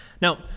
Now